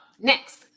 next